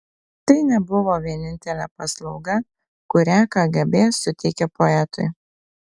tai nebuvo vienintelė paslauga kurią kgb suteikė poetui